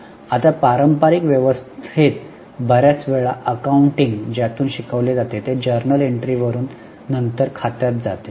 आता पारंपरिक व्यवस्थेत बर्याच वेळा अकाउंटिंग ज्यातून शिकविले जाते ते जर्नल एंट्रीजवरुन नंतर खात्यात जाते